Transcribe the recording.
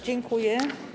Dziękuję.